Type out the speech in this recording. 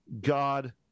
God